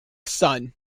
son